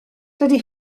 dydy